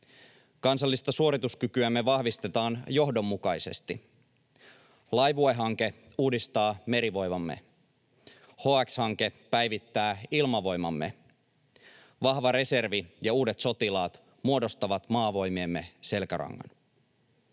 Kansallista suorituskykyämme vahvistetaan johdonmukaisesti: Laivue-hanke uudistaa merivoimamme, HX-hanke päivittää ilmavoimamme, vahva reservi ja uudet sotilaat muodostavat maavoimiemme selkärangan.